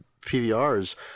PVRs